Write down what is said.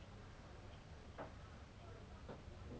um